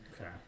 Okay